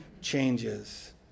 changes